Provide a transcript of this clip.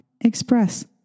Express